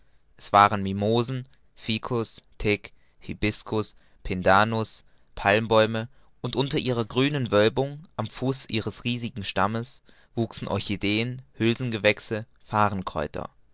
es waren mimosen ficus thek hibiscus pendanus palmbäume und unter ihrer grünen wölbung am fuß ihres riesigen stammes wuchsen orchideen hülsengewächse